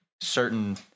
certain